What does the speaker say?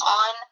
on